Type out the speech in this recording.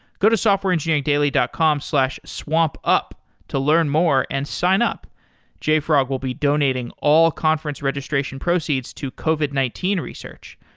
go to softwareengineeringdaily dot com slash swampup to learn more and sign up jfrog will be donating all conference registration proceeds to covit nineteen research.